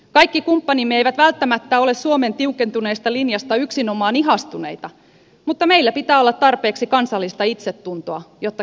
kaikki kumppanimme eivät välttämättä ole suomen tiukentuneesta linjasta yksinomaan ihastuneita mutta meillä pitää olla tarpeeksi kansallista itsetuntoa jotta kestämme sen